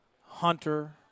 Hunter